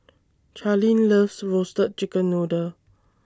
Charline loves Roasted Chicken Noodle